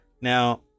now